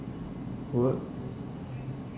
what